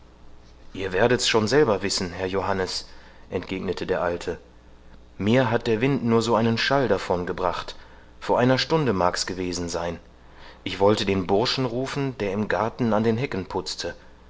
ihr werdet's schon selber wissen herr johannes entgegnete der alte mir hat der wind nur so einen schall davon gebracht vor einer stund mag's gewesen sein ich wollte den burschen rufen der im garten an den hecken putzte